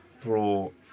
brought